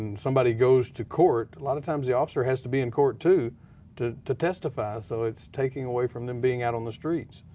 um somebody goes to court, a lot of times the officer has to be in court too to to testify, so it's taking away from them being out on the streets.